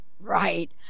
Right